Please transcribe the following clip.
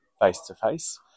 face-to-face